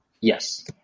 Yes